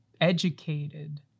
educated